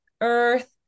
earth